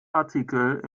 artikel